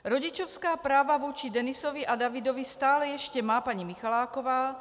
Rodičovská práva vůči Denisovi a Davidovi stále ještě má paní Michaláková.